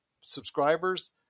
subscribers